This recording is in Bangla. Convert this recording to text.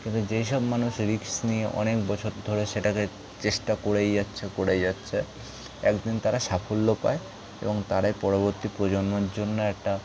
যেই সব মানুষ রিস্ক নিয়ে অনেক বছর ধরে সেটাকে চেষ্টা করেই যাচ্ছে করেই যাচ্ছে এক দিন তারা সাফল্য পায় এবং তারাই পরবর্তী প্রজন্মর জন্য একটা